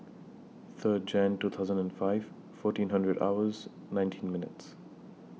Third Jan two thousand and five fourteen hundred hours nineteen minutes